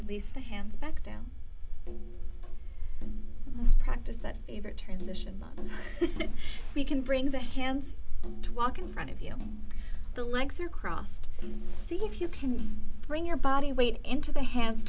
at least the hands back down and practice that favre transition we can bring the hands to walk in front of you the legs are crossed and see if you can bring your body weight into the hands